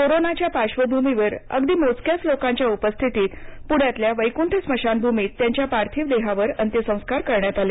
कोरोनाच्या पार्श्वभूमीवर अगदी मोजक्याच लोकांच्या उपस्थितीत पूण्यातल्या वैक्ठ स्मशानंभूमीत त्याच्या पार्थिव देहावर अंत्य संस्कार करण्यात आले